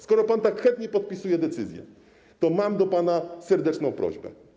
Skoro pan tak chętnie podpisuje decyzje, to mam do pana serdeczną prośbę.